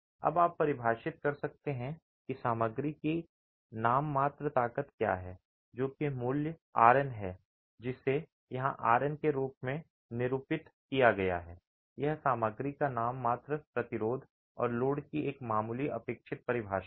अब आप परिभाषित कर सकते हैं कि सामग्री की एक नाममात्र ताकत क्या है जो कि मूल्य आरएन है जिसे यहां आरएन के रूप में निरूपित किया गया है यह सामग्री का नाममात्र प्रतिरोध और लोड की एक मामूली अपेक्षित परिभाषा है